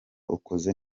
ukoze